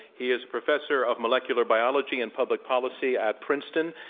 he is professor of molecular biology and public policy at princeton.